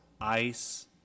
ice